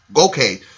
okay